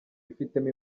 wifitemo